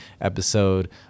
episode